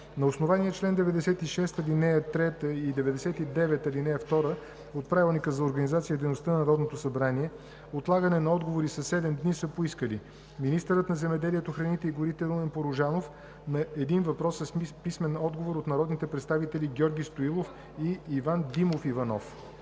На основание чл. 96, ал. 3 и чл. 99, ал. 2 от Правилника за организацията и дейността на Народното събрание, отлагане на отговори със седем дни са поискали: - министърът на земеделието, храните и горите Румен Порожанов – на един въпрос с писмен отговор от народните представители Георги Стоилов и Иван Димов Иванов.